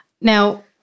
Now